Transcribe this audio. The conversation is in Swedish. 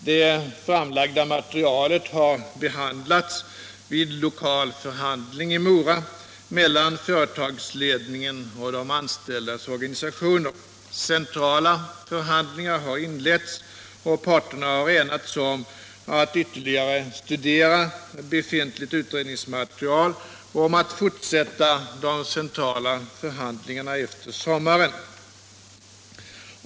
Det framlagda materialet har behandlats vid lokal förhandling i Mora mellan företagsledningen och de anställdas organisationer. Centrala förhandlingar har inletts och parterna har enats om att ytterligare studera befintligt utredningsmaterial och om att fortsätta de centrala förhandlingarna efter sommaren.